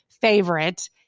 favorite